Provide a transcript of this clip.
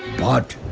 but,